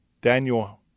Daniel